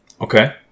Okay